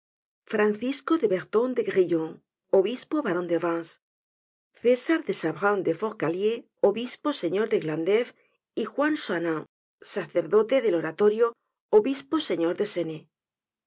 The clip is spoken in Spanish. francisco de berton de grillon obispo baron de vence césar de sabran de forcalquier obispo señor de glandéve y juan soanen sacerdote del oratorio obispo señor de senez